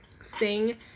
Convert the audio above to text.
sing